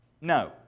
no